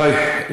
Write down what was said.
אוי.